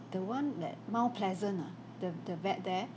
the one that mount pleasant ah the the vet there